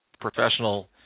professional